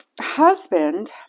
husband